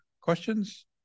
questions